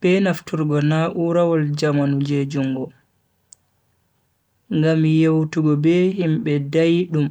be nafturgo na'urawol jamanu je jungo ngam yewtugo be himbe daidum.